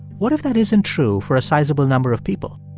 what if that isn't true for a sizable number of people?